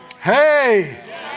Hey